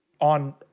on